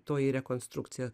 toji rekonstrukcija